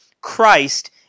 Christ